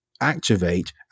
activate